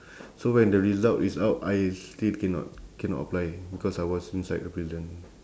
so when the result is out I still cannot cannot apply because I was inside the prison